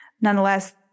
Nonetheless